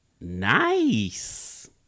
Nice